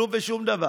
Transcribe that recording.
כלום ושום דבר.